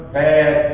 bad